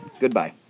Goodbye